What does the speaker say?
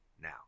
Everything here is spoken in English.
now